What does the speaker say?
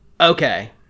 Okay